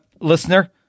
listener